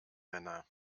männer